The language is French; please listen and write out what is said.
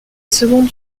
seconde